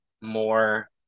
more